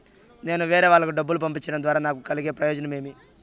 నేను వేరేవాళ్లకు డబ్బులు పంపించడం ద్వారా నాకు కలిగే ప్రయోజనం ఏమి?